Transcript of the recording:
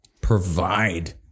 provide